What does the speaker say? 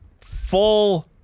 full